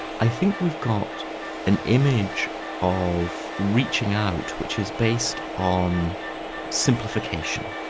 i think we've got an image of reaching out, which is based on simplification.